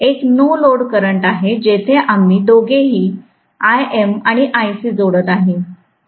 तर एक no load current आहे जिथे आम्ही दोघेही Im आणि Ic जोडत आहोत